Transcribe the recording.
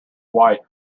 white